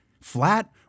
flat